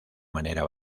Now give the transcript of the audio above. manera